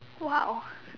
!wow!